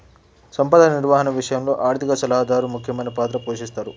సంపద నిర్వహణ విషయంలో ఆర్థిక సలహాదారు ముఖ్యమైన పాత్ర పోషిస్తరు